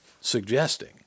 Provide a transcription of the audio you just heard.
suggesting